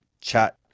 chat